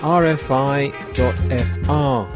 rfi.fr